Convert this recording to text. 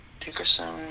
Dickerson